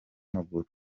maguru